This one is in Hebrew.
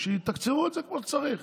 אז שיתקצבו את זה כמו שצריך.